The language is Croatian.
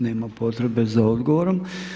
Nema potrebe za odgovorom.